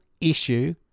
issue